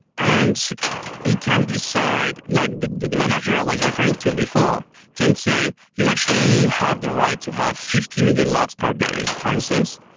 and can decide like the the manager i was referring to before can say, you actually have the right to have fifty million logs per day, for instance,